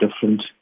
different